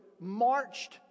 marched